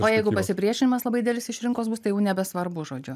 o jeigu pasipriešinimas labai didelis iš rinkos bus tai jau nebesvarbu žodžiu